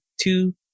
two